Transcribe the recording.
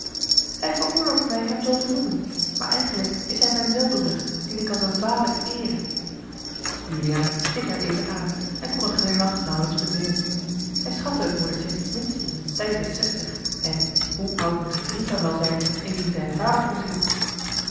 hij veroorlooft mij hem zoo te noemen maar eigenlijk is hij mijn weldoener dien ik als een vader eere juliaan keek haar even aan en kon een glimlach nauwelijks bedwingen hij schatte het moedertje minstens een stijve zestig en hoe oud moest de vriend dan wel zijn in wien zij een vader kon zien